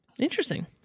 Interesting